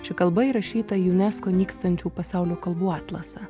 ši kalba įrašyta į unesco nykstančių pasaulio kalbų atlasą